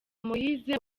moise